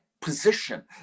position